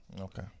Okay